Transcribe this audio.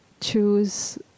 choose